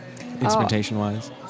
instrumentation-wise